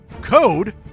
code